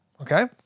okay